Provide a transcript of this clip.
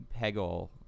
Peggle